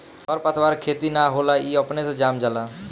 खर पतवार के खेती ना होला ई अपने से जाम जाला